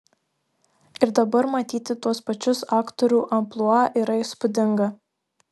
ir dabar matyti tuos pačius aktorių amplua yra įspūdinga